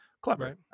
Clever